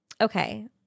Okay